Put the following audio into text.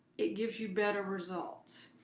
it gives you better results.